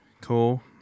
cool